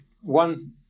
One